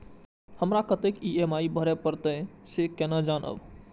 हमरा कतेक ई.एम.आई भरें परतें से केना जानब?